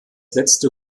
letzte